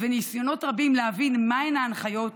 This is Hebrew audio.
וניסיונות רבים להבין מהן ההנחיות,